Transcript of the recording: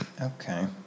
Okay